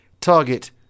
Target